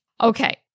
Okay